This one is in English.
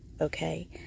Okay